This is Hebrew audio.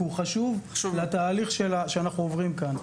כי הוא חשוב לתהליך שאנחנו עוברים כאן.